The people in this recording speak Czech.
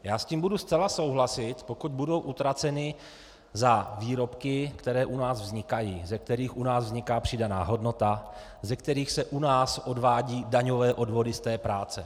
Já s tím budu zcela souhlasit, pokud budou utraceny za výrobky, které u nás vznikají, ze kterých u nás vzniká přidaná hodnota, ze kterých se u nás odvádějí daňové odvody z té práce.